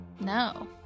No